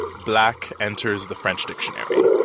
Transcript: black enters the french dictionary.